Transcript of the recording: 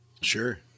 sure